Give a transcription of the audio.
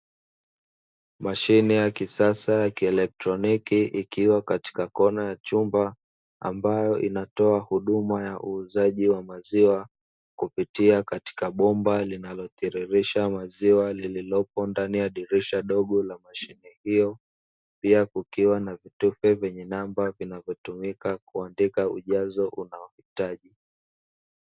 Mashine ya kisasa ya kielektroniki ikiwa katika kona ya chumba ambayo inatoa huduma ya uuzaji wa maziwa, kupitia katika bomba linalotiririsha maziwa lililopo ndani ya dirisha dogo la mashine hiyo, pia kukiwa na vitufe vyenye namba vinavyotumika kuandika ujazo unaohitaji.